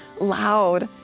loud